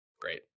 great